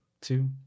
two